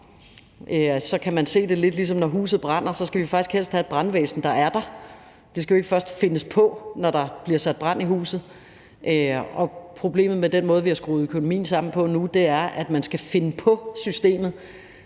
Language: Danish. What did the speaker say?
så er det lidt, ligesom når huset brænder, hvor vi faktisk helst skal have et brandvæsen, der er der; det skal jo ikke først findes på, når der bliver sat brand i huset. Og problemet med den måde, vi har skruet økonomien sammen på nu, er, at man skal finde på systemet,